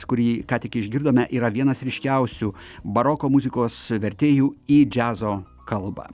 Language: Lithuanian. kurį ką tik išgirdome yra vienas ryškiausių baroko muzikos vertėjų į džiazo kalbą